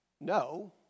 No